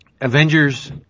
Avengers